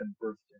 birthday